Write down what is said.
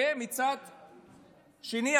ומצד שני,